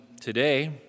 today